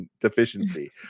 deficiency